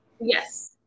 Yes